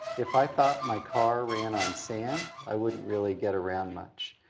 if i thought my car ran on sand, i wouldn't really get around much.